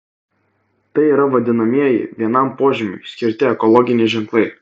tai yra vadinamieji vienam požymiui skirti ekologiniai ženklai